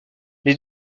les